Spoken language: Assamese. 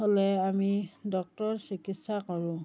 হ'লে আমি ডক্তৰৰ চিকিৎসা কৰোঁ